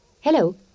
Hello